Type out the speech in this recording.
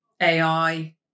AI